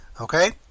okay